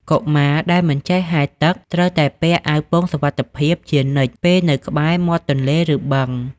កុមារដែលមិនចេះហែលទឹកត្រូវតែពាក់ អាវពោងសុវត្ថិភាព ជានិច្ចពេលនៅក្បែរមាត់ទន្លេឬបឹង។